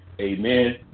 amen